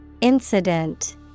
Incident